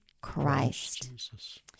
Christ